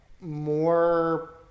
more